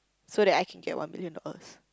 so that I can get one million dollars